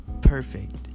perfect